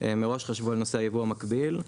מראש חשבו על נושא היבוא המקביל,